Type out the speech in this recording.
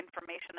information